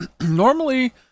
normally